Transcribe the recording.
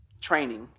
training